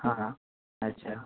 हां हां अच्छा